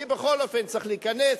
כי בכל אופן צריך להיכנס,